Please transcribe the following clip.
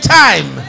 time